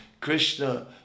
Krishna